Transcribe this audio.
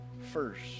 first